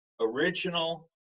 original